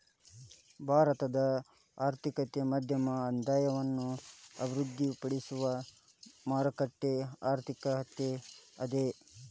ಭಾರತದ ಆರ್ಥಿಕತೆ ಮಧ್ಯಮ ಆದಾಯವನ್ನ ಅಭಿವೃದ್ಧಿಪಡಿಸುವ ಮಾರುಕಟ್ಟೆ ಆರ್ಥಿಕತೆ ಅದ